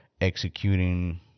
executing